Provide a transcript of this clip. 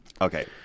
Okay